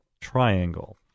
triangle